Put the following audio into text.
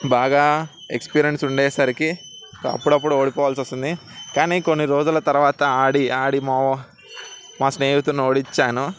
బాగా ఎక్స్పిరియన్స్ ఉండేసరికి అప్పుడప్పుడు ఓడిపోవలసి వస్తుంది కానీ కొన్ని రోజుల తరువాత ఆడి ఆడి మా మా స్నేహితులను ఓడించాను